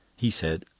he said